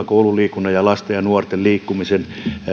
koululiikunnan ja lasten ja nuorten liikkumisen